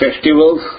festivals